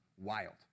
wild